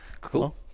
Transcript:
Cool